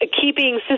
keeping